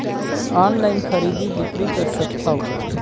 Online खरीदी बिक्री कर सकथव?